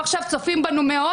מאות מהם צופים בנו,